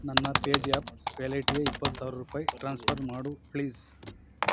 ನನ್ನ ಪೇಜ್ಯಾಪ್ ವ್ಯಾಲೆಟ್ಗೆ ಇಪ್ಪತ್ತು ಸಾವಿರ ರೂಪಾಯಿ ಟ್ರಾನ್ಸ್ಫರ್ ಮಾಡು ಪ್ಲೀಸ್